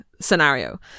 scenario